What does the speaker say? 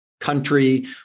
country